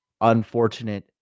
unfortunate